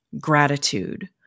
gratitude